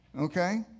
Okay